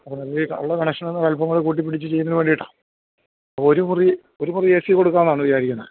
അപ്പം നല്ല രീതിയിൽ ഉള്ള കണക്ഷനീന്നൊരല്പ്പോം കൂടി കൂട്ടിപ്പിടിച്ച് ചെയ്യുന്നതിന് വേണ്ടിയിട്ടാണ് അപ്പം ഒരു മുറി ഒരു മുറി ഏ സി കൊടുക്കാമെന്നാണ് വിചാരിക്കുന്നത്